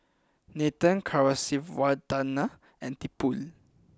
Nathan Kasiviswanathan and Tipu